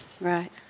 Right